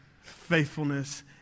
faithfulness